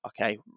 okay